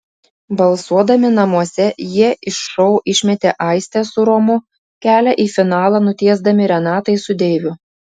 balsuodami namuose jie iš šou išmetė aistę su romu kelią į finalą nutiesdami renatai su deiviu